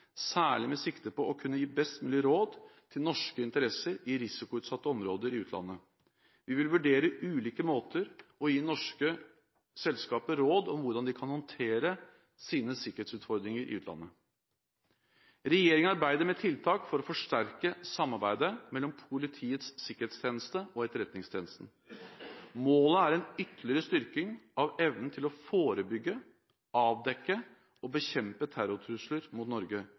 særlig med sikte på å kunne gi best mulige råd til norske interesser i risikoutsatte områder i utlandet. Vi vil vurdere ulike måter å gi norske selskaper råd om hvordan de kan håndtere sine sikkerhetsutfordringer i utlandet. Regjeringen arbeider med tiltak for å forsterke samarbeidet mellom Politiets sikkerhetstjeneste og Etterretningstjenesten. Målet er en ytterligere styrking av evnen til å forebygge, avdekke og bekjempe terrortrusler mot Norge